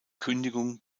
kündigung